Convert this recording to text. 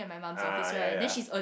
ah ya ya